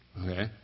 Okay